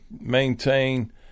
maintain